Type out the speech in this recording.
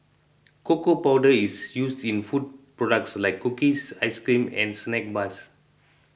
cocoa powder is used in food products like cookies ice cream and snack bars